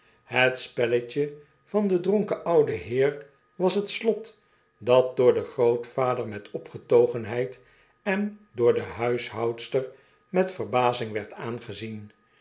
het spelletje van den dronken ouden heer was het slot dat door den grootvader met opgetogenheid en door de huishoudster met verbazing werd aangezien